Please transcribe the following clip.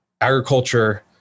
agriculture